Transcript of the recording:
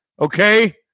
okay